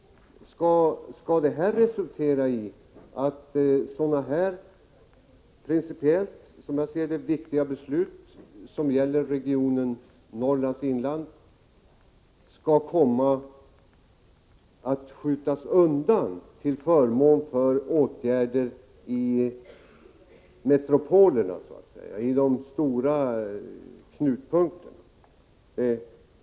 Skall det här resultera i att, enligt min mening, principiellt viktiga beslut om regionen Norrlands inland kommer att skjutas åt sidan till förmån för åtgärder i metropolerna, dvs. de stora knutpunkterna?